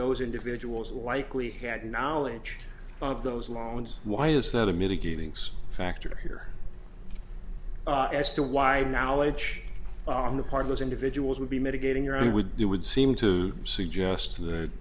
those individuals likely had knowledge of those loans why is that a mitigating some factor here as to why knowledge on the part of those individuals would be mitigating your own would it would seem to suggest that